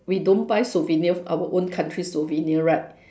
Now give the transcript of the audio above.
we don't buy souvenir our own country souvenir right